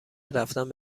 رفتن